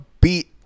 beat